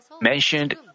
mentioned